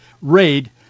raid